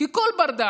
כי כל בר-דעת,